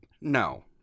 no